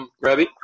Rabbi